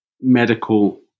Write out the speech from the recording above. medical